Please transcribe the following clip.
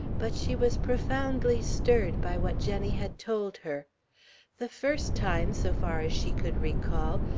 but she was profoundly stirred by what jenny had told her the first time, so far as she could recall,